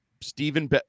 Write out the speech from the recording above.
Stephen